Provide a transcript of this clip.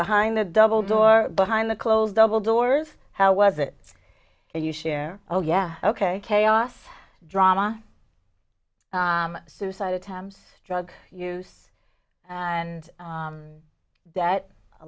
behind the double door behind the closed double doors how was it that you share oh yeah ok chaos drama suicide attempts drug use and that a